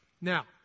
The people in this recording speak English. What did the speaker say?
Now